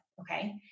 okay